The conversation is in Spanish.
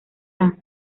fran